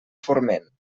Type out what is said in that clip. forment